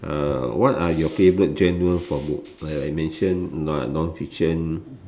uh are what are you favorite genre for book like I mention non fiction